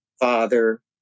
father